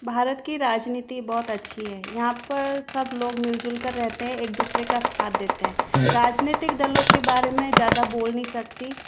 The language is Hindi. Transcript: भारत की राजनीति बहुत अच्छी है यहाँ पर सब लोग मिल जुल कर कर रहते हैं एक दूसरे का साथ देते हैं राजनीतिक दलों के बारे में ज़्यादा बोल नहीं सकती